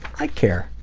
i care.